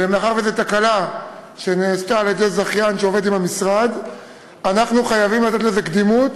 ומאחר שזו תקלה אצל זכיין שעובד עם המשרד אנחנו חייבים לתת לזה קדימות,